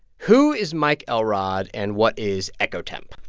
who is mike elrod, and what is eccotemp?